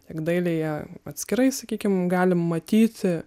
tiek dailėje atskirai sakykim galim matyti